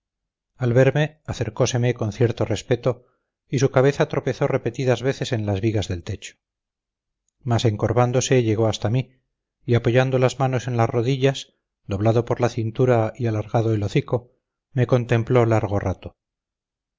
al verme acercóseme con cierto respeto y su cabeza tropezó repetidas veces en las vigas del techo mas encorvándose llegó hasta mí y apoyando las manos en las rodillas doblado por la cintura y alargado el hocico me contempló largo rato